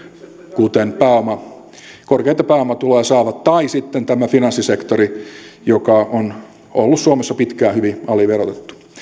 kuten korkeita pääomatuloja saavat tai sitten tämä finanssisektori joka on ollut suomessa pitkään hyvin aliverotettu